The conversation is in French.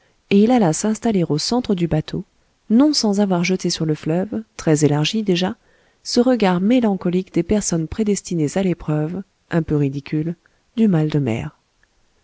et il alla s'installer au centre du bateau non sans avoir jeté sur le fleuve très élargi déjà ce regard mélancolique des personnes prédestinées à l'épreuve un peu ridicule du mal de mer